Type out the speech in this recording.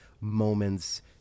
moments